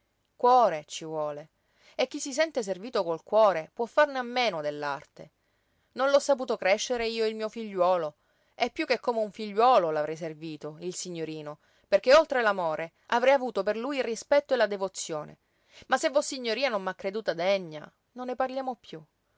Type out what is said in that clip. cuore ci vuole e chi si sente servito col cuore può farne a meno dell'arte non l'ho saputo crescere io il mio figliuolo e piú che come un figliuolo l'avrei servito il signorino perché oltre l'amore avrei avuto per lui il rispetto e la devozione ma se vossignoria non m'ha creduta degna non ne parliamo piú